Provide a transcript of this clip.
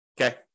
Okay